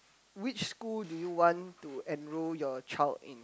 which school do you want to enroll your child in